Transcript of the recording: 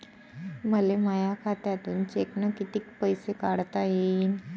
मले माया खात्यातून चेकनं कितीक पैसे काढता येईन?